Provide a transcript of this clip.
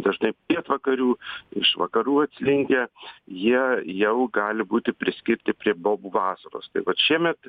dažnai pietvakarių iš vakarų atslinkę jie jau gali būti priskirti prie bobų vasaros tai vat šiemet